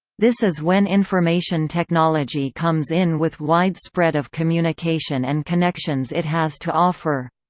this is when information technology comes in with wide spread of communication and connections it has to offer.